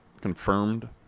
confirmed